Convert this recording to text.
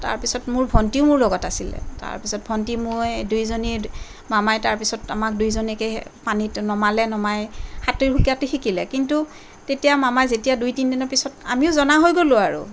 তাৰপিছত মোৰ ভণ্টিও মোৰ লগত আছিল তাৰপিছত ভণ্টি মই দুইজনী মামাই তাৰপিছত আমাক দুইজনীকে পানীত নমালে নমাই সাঁতুৰি শিকাটো শিকিলে কিন্তু তেতিয়া মামা যেতিয়া দুই তিনিদিনৰ পিছত আমিও জনা হৈ গ'লো আৰু